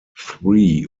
three